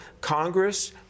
Congress